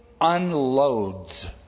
unloads